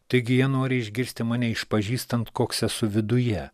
taigi jie nori išgirsti mane išpažįstant koks esu viduje